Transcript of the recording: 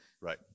right